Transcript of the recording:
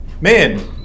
Man